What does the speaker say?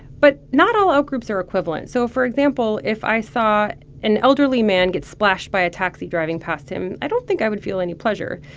but not all out-groups are equivalent so for example, if i saw an elderly man get splashed by a taxi driving past him, i don't think i would feel any pleasure.